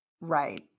Right